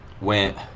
went